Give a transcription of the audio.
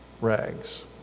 rags